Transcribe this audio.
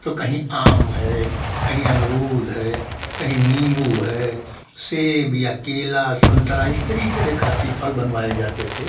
तो कहीं आम है कहीं अमरूद है कहीं नींबू है सेब या केला संतरा इस तरीके से काफ़ी फल बनवाए जाते थे